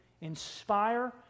inspire